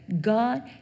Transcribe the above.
God